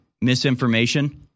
misinformation